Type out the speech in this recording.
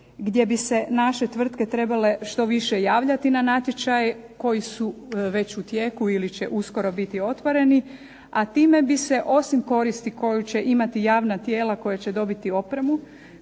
gdje bi se naše tvrtke trebale što više javljati na natječaje koji su već u tijeku ili će uskoro biti otvoreni, a time bi se osim koristi koju će imati javna tijela koja će dobiti opremu